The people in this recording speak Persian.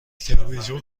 تلویزیون